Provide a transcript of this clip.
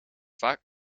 vaak